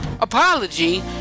apology